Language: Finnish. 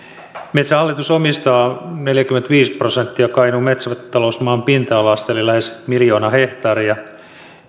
metsähallitus omistaa neljäkymmentäviisi prosenttia kainuun metsätalousmaan pinta alasta eli lähes miljoona hehtaaria